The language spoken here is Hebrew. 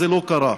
זה לא קרה.